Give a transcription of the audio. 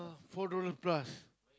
four dollar plus